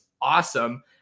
awesome